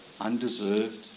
undeserved